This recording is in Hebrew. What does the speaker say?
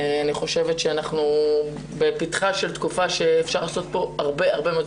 אני חושבת שאנחנו בפתחה של תקופה שאפשר לעשות פה הרבה מאוד.